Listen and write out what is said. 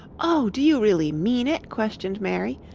oh, do you really mean it? questioned mary.